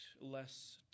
less